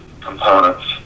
components